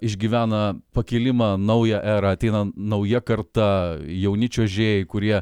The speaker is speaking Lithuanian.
išgyvena pakilimą naują erą ateina nauja karta jauni čiuožėjai kurie